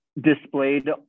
displayed